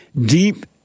deep